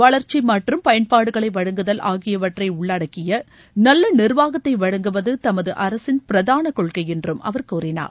வளர்ச்சி மற்றும் பயன்பாடுகளை வழங்குதல் ஆகியவற்றை உள்ளடக்கிய நல்ல நிர்வாகத்தை வழங்குவது தமது அரசின் பிரதான கொள்கை என்று அவர் கூறினார்